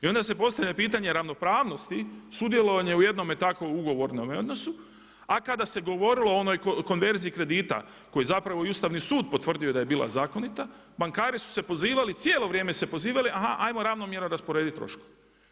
I onda se postavlja pitanje ravnopravnosti sudjelovanja u jednome takvome ugovornome odnosu a kada se govorilo o onoj konverziji kredita koji je zapravo i Ustavni sud potvrdio da je bila zakonita bankari su se pozivali, cijelo vrijeme su se pozivali aha, hajmo ravnomjerno rasporediti troškove.